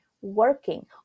working